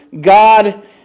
God